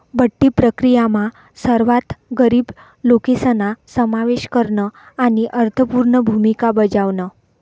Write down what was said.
बठ्ठी प्रक्रीयामा सर्वात गरीब लोकेसना समावेश करन आणि अर्थपूर्ण भूमिका बजावण